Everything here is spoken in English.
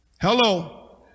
Hello